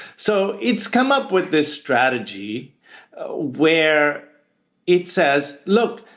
so it's come up with this strategy where it says, look,